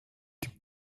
die